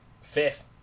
Fifth